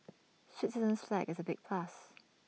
Switzerland's flag is A big plus